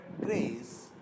grace